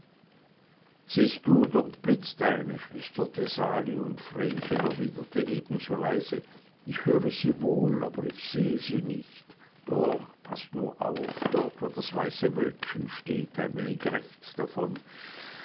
siehst du dort blitzt eine flüsterte sali und vrenchen erwiderte ebenso leise ich höre sie wohl aber ich sehe sie nicht doch paß nur auf dort wo das weiße wölkchen steht ein wenig rechts davon